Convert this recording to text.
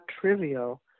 trivial